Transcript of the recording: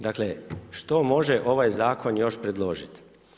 Dakle što može ovaj zakon još predložiti?